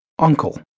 Uncle